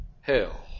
hell